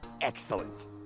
excellent